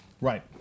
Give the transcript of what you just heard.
Right